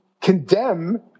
condemn